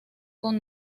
con